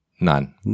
none